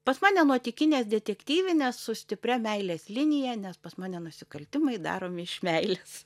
pas mane nuotykinės detektyvinės su stipria meilės linija nes pas mane nusikaltimai daromi iš meilės